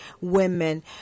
women